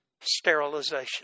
sterilization